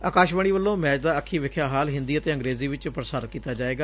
ਅਕਾਸ਼ਵਾਣੀ ਵਲੋਂ ਮੈਚ ਦਾ ਅਖੀ ਵੇਖਿਆ ਹਾਲ ਹਿੰਦੀ ਅਤੇ ਅੰਗਰੇਜ਼ੀ ਵਿਚ ਪ੍ਰਸਾਰਿਤ ਕੀਤਾ ਜਾਏਗਾ